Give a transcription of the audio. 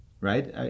right